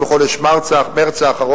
בחודש מרס האחרון,